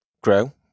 grow